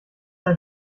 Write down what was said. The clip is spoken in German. ein